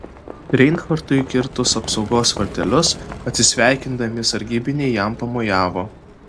reinhartui kirtus apsaugos vartelius atsisveikindami sargybiniai jam pamojavo